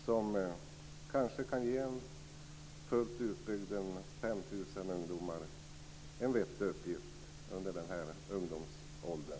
Den verksamheten kan kanske fullt utbyggd ge 5 000 ungdomar en vettig uppgift under ungdomsåren.